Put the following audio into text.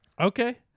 Okay